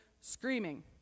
screaming